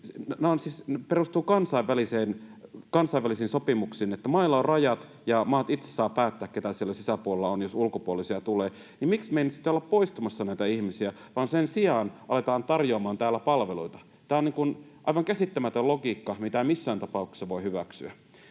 jotka perustuvat kansainvälisiin sopimuksiin, että mailla on rajat ja maat itse saavat päättää, keitä siellä sisäpuolella on, jos ulkopuolisia tulee, niin miksi me ei nyt sitten olla poistamassa näitä ihmisiä, vaan sen sijaan aletaan tarjoamaan täällä palveluita. Tämä on aivan käsittämätön logiikka, mitä en missään tapauksessa voi hyväksyä.